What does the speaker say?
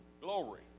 Glory